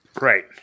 Right